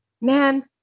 Man